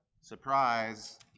Surprise